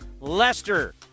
Lester